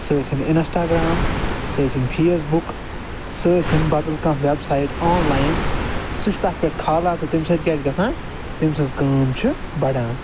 سُہ ٲسِن انسٹاگرام سُہ ٲسِن فٮ۪س بُک سُہ ٲسِن بدل کانٛہہ وٮ۪ب ساٮ۪ٹ آنلاٮ۪ن سُہ چھِ تتھ پٮ۪ٹھ کھالان تہِ تمہِ سۭتۍ کیٚاہ چھُ گژھان تم سنٛز کٲم چھِ بڑان